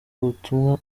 ubutumwa